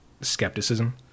skepticism